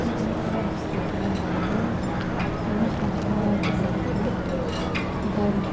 तपाईँ राजेस दाजु बोल्नु भएको हो सुन्नु होस् न मलाई तपाईँको गाडी